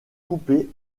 coupé